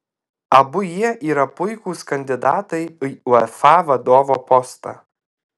abu jie yra puikūs kandidatai į uefa vadovo postą